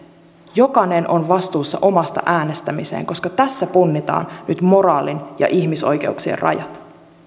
jokainen on vastuussa omasta äänestämisestään koska tässä punnitaan nyt moraalin ja ihmisoikeuksien rajat